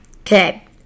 Okay